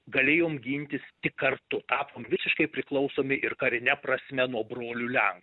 galėjom gintis tik kartu tapom visiškai priklausomi ir karine prasme nuo brolių lenkų